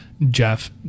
Jeff